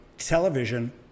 Television